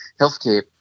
healthcare